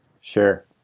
sure